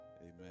Amen